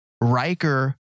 Riker